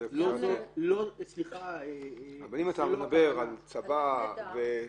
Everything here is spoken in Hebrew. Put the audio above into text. מדבר על התופעה.